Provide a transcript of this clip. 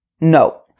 no